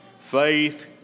Faith